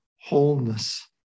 wholeness